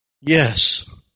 Yes